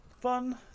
fun